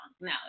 No